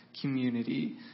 community